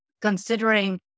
considering